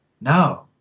No